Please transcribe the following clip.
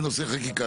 חקיקה?